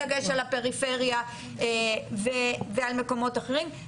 בדגש על הפריפריה ועל מקומות אחרים.